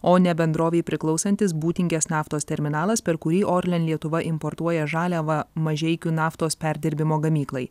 o ne bendrovei priklausantis būtingės naftos terminalas per kurį orlen lietuva importuoja žaliavą mažeikių naftos perdirbimo gamyklai